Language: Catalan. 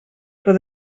però